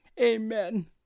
Amen